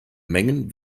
mengen